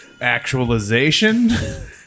actualization